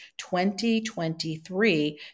2023